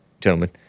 gentlemen